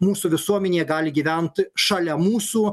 mūsų visuomenė gali gyvent šalia mūsų